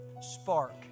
spark